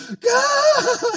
God